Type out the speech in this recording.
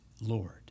Lord